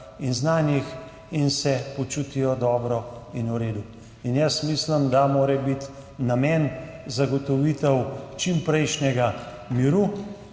in znanjih in se počutijo dobro in v redu. Mislim, da mora biti namen zagotovitev čimprejšnjega miru,